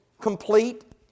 complete